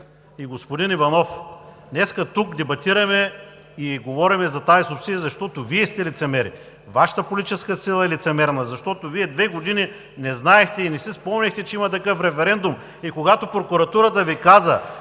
Господин Иванов, днес тук дебатираме и говорим за тази субсидия, защото Вие сте лицемери! Вашата политическа сила е лицемерна, защото Вие две години не знаехте и не си спомняхте, че има такъв референдум. Когато прокуратурата Ви каза,